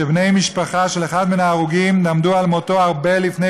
שבני-משפחה של אחד מההרוגים למדו על מותו הרבה לפני